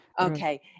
Okay